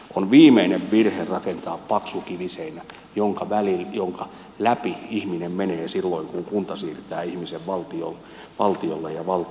on viimeinen virhe rakentaa paksu kiviseinä jonka läpi ihminen menee silloin kun kunta siirtää ihmisen valtiolle ja valtio kunnalle